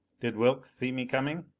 did wilks see me coming?